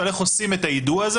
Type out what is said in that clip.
על איך עושים את היידוע הזה.